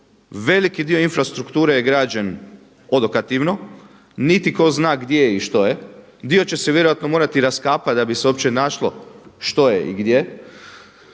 veliki dio infrastrukture je građen odokativno, niti tko zna gdje je i što je. Dio će se vjerojatno morati raskapati da bi se uopće našlo što je i gdje.